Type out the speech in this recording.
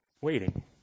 waiting